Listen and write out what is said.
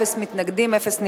אפס מתנגדים, אפס נמנעים.